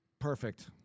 Perfect